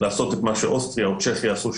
לעשות את מה שאוסטריה או צ'כיה עשו,